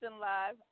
live